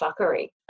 fuckery